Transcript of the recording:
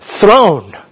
throne